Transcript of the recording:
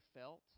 felt